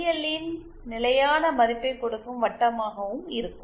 L இன் நிலையான மதிப்பைக் கொடுக்கும் வட்டமாகவும் இருக்கும்